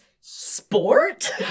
sport